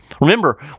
Remember